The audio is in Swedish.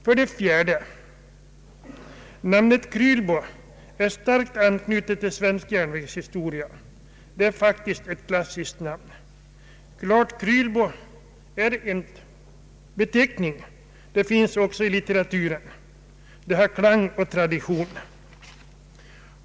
För det fjärde är namnet Krylbo starkt anknutet till svensk järnvägshistoria. Det är faktiskt ett klassiskt namn. »Klart Krylbo» är en beteckning, som också finns i litteraturen. Namnet har klang och tradition.